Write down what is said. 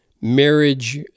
marriage